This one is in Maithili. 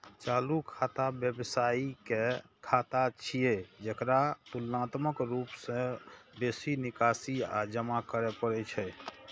चालू खाता व्यवसायी के खाता छियै, जेकरा तुलनात्मक रूप सं बेसी निकासी आ जमा करै पड़ै छै